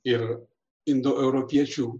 ir indoeuropiečių